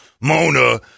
Mona